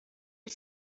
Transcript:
was